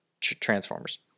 Transformers